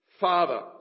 father